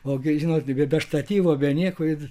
ogi žinot be štatyvo be nieko ir